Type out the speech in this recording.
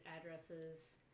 addresses